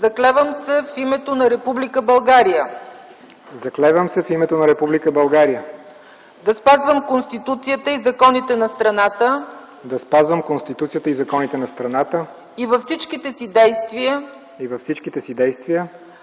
„Заклевам се в името на Република България да спазвам Конституцията и законите на страната и във всичките си действия